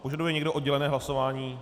Požaduje někdo oddělené hlasování?